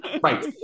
right